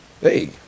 Hey